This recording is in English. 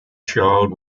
child